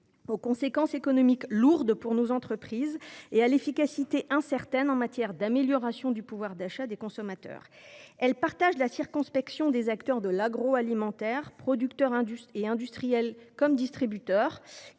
aux conséquences économiques lourdes pour nos entreprises et à l’efficacité incertaine en matière d’amélioration du pouvoir d’achat des consommateurs. Elle partage la circonspection des acteurs de l’agroalimentaire, qu’il s’agisse des producteurs, des industriels ou des distributeurs,